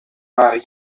mari